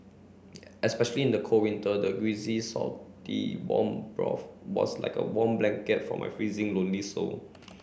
especially in the cold winter the greasy salty warm broth was like a warm blanket for my freezing lonely soul